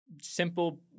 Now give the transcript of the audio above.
simple